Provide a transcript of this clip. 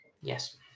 Yes